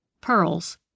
Pearls